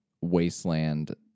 wasteland